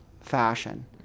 fashion